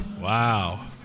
Wow